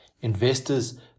investors